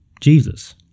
Jesus